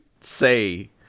say